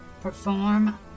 Perform